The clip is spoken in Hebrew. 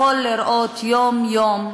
יכול לראות יום-יום,